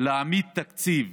להעמיד תקציב